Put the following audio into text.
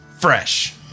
fresh